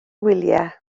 wyliau